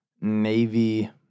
Navy